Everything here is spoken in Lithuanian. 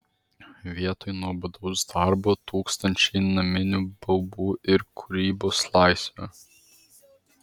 vietoj nuobodaus darbo tūkstančiai naminių baubų ir kūrybos laisvė